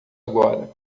agora